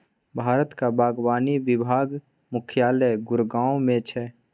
भारतक बागवानी विभाग मुख्यालय गुड़गॉव मे छै